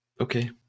Okay